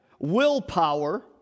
willpower